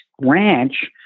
ranch